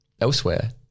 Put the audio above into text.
Elsewhere